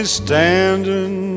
standing